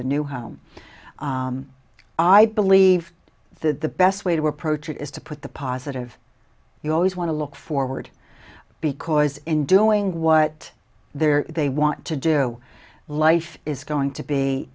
the new home i believe that the best way to approach it is to put the positive you always want to look forward because in doing what there they want to do life is going to be